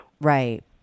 Right